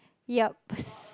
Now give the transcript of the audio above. yups